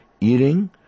eating